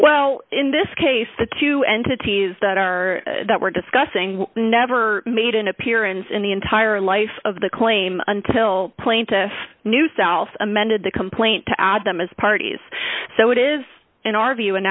well in this case the two entities that are that we're discussing we never made an appearance in the entire life of the claim until plaintiff knew self amended the complaint to add them as parties so it is in our view an